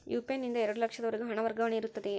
UPI ನಿಂದ ಎರಡು ಲಕ್ಷದವರೆಗೂ ಹಣ ವರ್ಗಾವಣೆ ಇರುತ್ತದೆಯೇ?